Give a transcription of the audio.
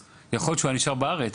יכול להיות שהוא היה נשאר בארץ.